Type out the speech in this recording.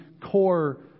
core